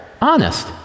Honest